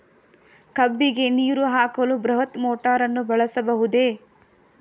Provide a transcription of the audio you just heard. ಕಬ್ಬಿಗೆ ನೀರು ಹಾಕಲು ಬೃಹತ್ ಮೋಟಾರನ್ನು ಬಳಸಬಹುದೇ?